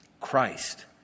Christ